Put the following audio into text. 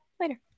later